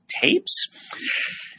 tapes